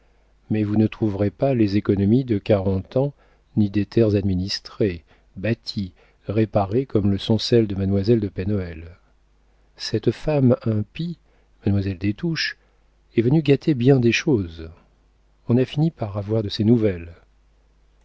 mais vous ne trouverez pas les économies de quarante ans ni des terres administrées bâties réparées comme le sont celles de mademoiselle de pen hoël cette femme impie mademoiselle des touches est venue gâter bien des choses on a fini par avoir de ses nouvelles